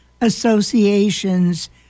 associations